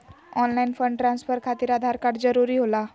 Online fund transfer खातिर Aadhaar card जरूरी होला?